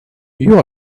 you